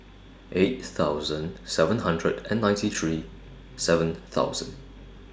eight thousand seven hundred and ninety three seven thousand